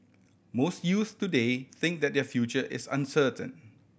most youths today think that their future is uncertain